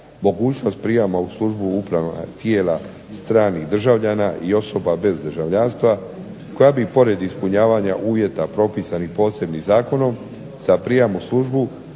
mogućnost prijama u službu u upravna tijela stranih državljana i osoba bez državljanstva koja bi pored ispunjavanja uvjeta propisanih posebnim zakonom za prijam u službu